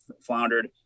floundered